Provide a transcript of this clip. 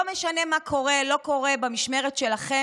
לא משנה מה קורה ולא קורה במשמרת שלכם,